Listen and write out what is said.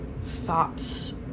thoughts